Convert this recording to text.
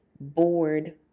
bored